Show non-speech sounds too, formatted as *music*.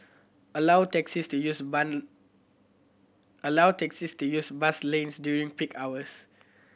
allow taxis to use *unintelligible* allow taxis to use bus lanes during peak hours